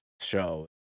show